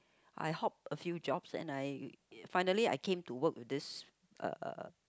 I hop a few jobs and I finally I came to work with this uh uh